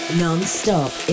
non-stop